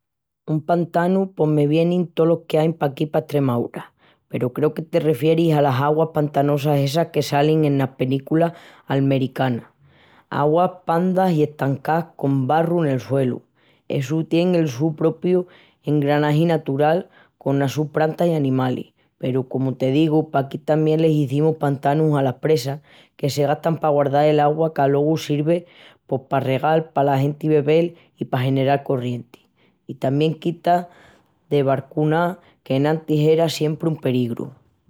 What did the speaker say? Un pantanu pos me vienin tolos qu'ain paquí pa Estremaúra. Peru creu que te refieris alas auguas pantanosas essas que salin enas penículas almericanas. Auguas pandas i estancás, con barru nel suelu. Essu tien el su propiu engranagi natural conas sus prantas i animalis. Peru, comu te digu, paquí tamién les izimus pantanus alas presas, que se gastan pa guardal augua qu'alogu sirvi pos pa regal, pala genti bebel i pa general corrienti. I tamién quitan de barcunás, qu'enantis era siempri un peligru.